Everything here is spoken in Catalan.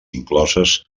incloses